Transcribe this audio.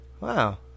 Wow